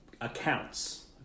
accounts